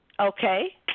Okay